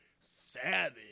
Savage